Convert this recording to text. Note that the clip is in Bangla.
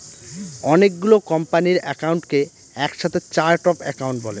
অনেকগুলো কোম্পানির একাউন্টকে এক সাথে চার্ট অফ একাউন্ট বলে